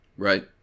Right